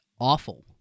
awful